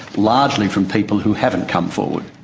largely from people who haven't come forward.